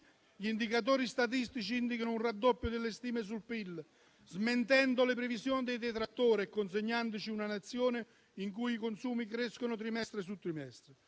Gli indicatori statistici indicano un raddoppio delle stime sul PIL, smentendo le previsioni dei detrattori e consegnandoci una Nazione in cui i consumi crescono trimestre su trimestre.